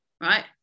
Right